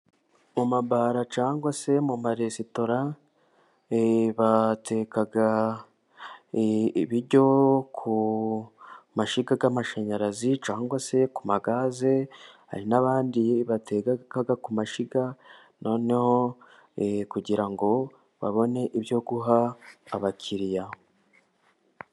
Mu mabara cyangwa se mu maresitora bateka ibiryo ku mashyiga y'amashanyarazi; cyangwa se ku magaze hari n'abandi bateka ku mashyiga noneho kugira ngo babone ibyo guha abakiriya.